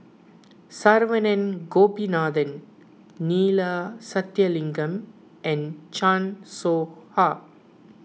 Saravanan Gopinathan Neila Sathyalingam and Chan Soh Ha